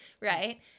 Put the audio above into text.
right